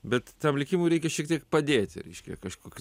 bet tam likimui reikia šiek tiek padėti reiškia kažkokį